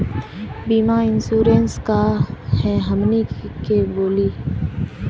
बीमा इंश्योरेंस का है हमनी के बोली?